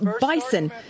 Bison